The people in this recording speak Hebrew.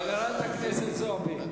חברת הכנסת זועבי,